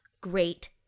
Great